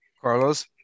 Carlos